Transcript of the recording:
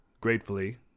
gratefully